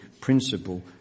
principle